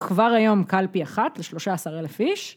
כבר היום קלפי אחת לשלושה עשר אלף איש.